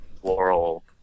floral